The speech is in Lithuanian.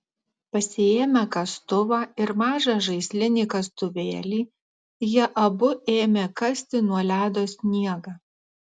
pasiėmę kastuvą ir mažą žaislinį kastuvėlį jie abu ėmė kasti nuo ledo sniegą